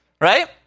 Right